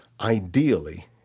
ideally